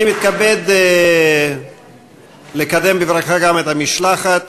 אני מתכבד לקדם בברכה גם את המשלחת